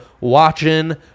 watching